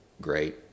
great